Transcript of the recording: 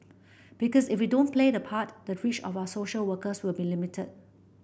because if we don't play that part the reach of our social workers will be limited